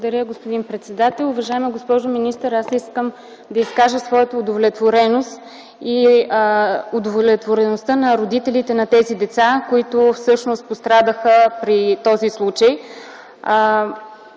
Благодаря, господин председател. Уважаема госпожо министър, аз искам да изкажа своята удовлетвореност и удовлетвореността на родителите на тези деца, които всъщност пострадаха при този случай.